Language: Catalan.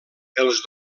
els